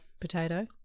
potato